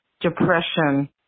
depression